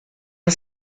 and